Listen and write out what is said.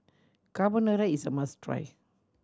carbonara is a must try